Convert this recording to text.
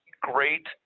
great